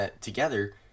together